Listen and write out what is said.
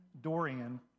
Dorian